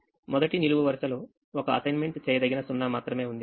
మొదటినిలువు వరుసలో ఒక అసైన్మెంట్ చేయదగిన 0 మాత్రమే ఉంది